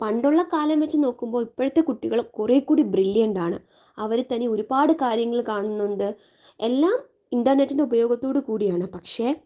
പണ്ടുള്ള കാലം വെച്ചു നോക്കുമ്പോൾ ഇപ്പോഴത്തെ കുട്ടികള് കുറെക്കൂടി ബ്രില്ല്യന്റ് ആണ് അവരു തനിയെ ഒരുപാട് കാര്യങ്ങൾ കാണുന്നുണ്ട് എല്ലാം ഇന്റര്നെറ്റിന്റെ ഉപയോഗത്തോട് കൂടിയാണ് പക്ഷേ